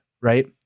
right